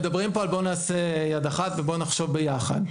מדברים פה על בואו נעשה יד אחת ובואו נחשוב ביחד.